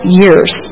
years